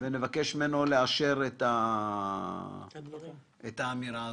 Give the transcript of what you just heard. נבקש ממנו לאשר את האמירה הזאת,